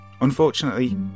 Unfortunately